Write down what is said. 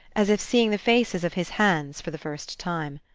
as if seeing the faces of his hands for the first time.